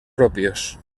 propios